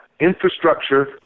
infrastructure